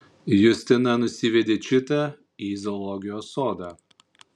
justina nusivedė čitą į zoologijos sodą